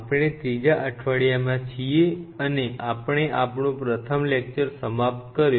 આપ ણે ત્રીજા અઠવાડિયામાં છીએ અને આપ ણે આપ ણો પ્રથમ લેક્ચર સમાપ્ત કર્યો